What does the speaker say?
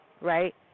right